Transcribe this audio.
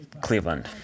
Cleveland